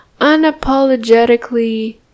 unapologetically